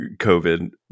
COVID